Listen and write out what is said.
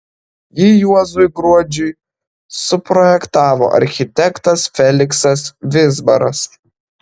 jį juozui gruodžiui suprojektavo architektas feliksas vizbaras